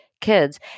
kids